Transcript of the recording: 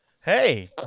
Hey